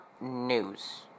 news